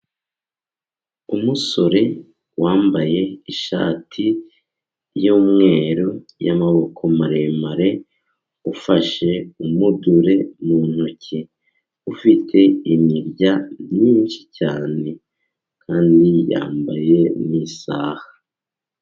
Umusore wambaye ishati y'umweru, y'amaboko maremare, ufashe umudure mu ntoki, ufite imirya myinshi cyane, kandi yambaye n'isaha.